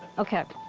okay?